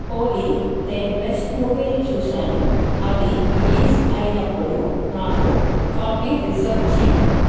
ఓలీ నేను బెస్ట్ మూవీని చూసాను అది రిలీజ్ అయినప్పుడు నాకు కాపీ రిజర్వ్ చేయి